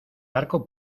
barco